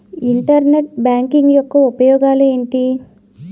Internet banking యెక్క ఉపయోగాలు ఎంటి?